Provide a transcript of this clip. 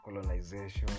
colonization